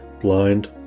Blind